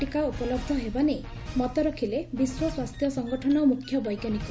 ଟିକା ଉପଲବ୍ଧ ହେବା ନେଇ ମତ ରଖିଲେ ବିଶ୍ୱ ସ୍ୱାସ୍ଥ୍ୟ ସଂଗଠନ ମୁଖ୍ୟ ବୈଜ୍ଞାନିକ